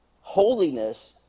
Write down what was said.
holiness